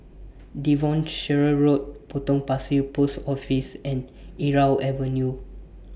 Devonshire Road Potong Pasir Post Office and Irau Avenue